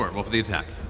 roll for the attack.